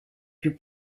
più